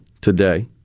today